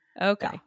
Okay